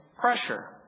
pressure